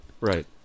Right